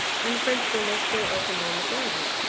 and the french window still opened on the garden.